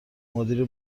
مدیر